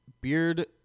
beard